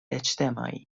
اجتماعی